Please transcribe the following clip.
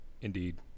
Indeed